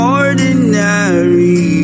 ordinary